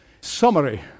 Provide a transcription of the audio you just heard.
summary